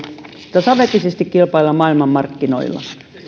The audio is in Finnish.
tasaväkisesti kilpailla maailmanmarkkinoilla